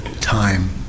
time